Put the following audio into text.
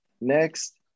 next